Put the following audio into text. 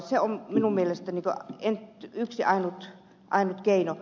se on minun mielestäni yksi ja ainut keino